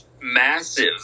massive